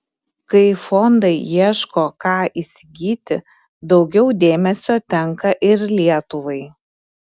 kai fondai ieško ką įsigyti daugiau dėmesio tenka ir lietuvai